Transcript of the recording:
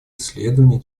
исследования